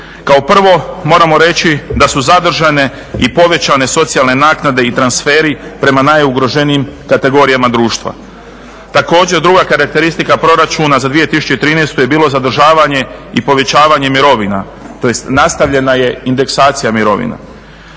Kao prvo moramo reći da su zadržane i povećane socijalne naknade i transferi prema najugroženijim kategorijama društva. Također druga karakteristika proračuna za 2013. je bilo zadržavanje i povećavanje mirovina, tj. nastavljena je indeksacija mirovina.